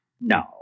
No